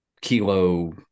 kilo